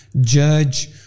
judge